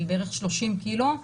של בערך 30 קילו,